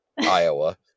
Iowa